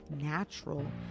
natural